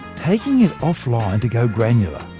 taking it off line to go granular,